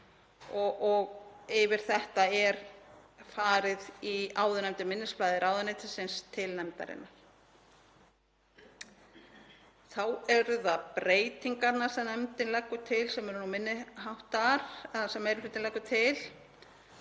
Yfir þetta er farið í áðurnefndu minnisblaði ráðuneytisins til nefndarinnar. Þá eru það breytingarnar sem nefndin leggur til sem eru minni háttar. Nefndin leggur til